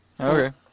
Okay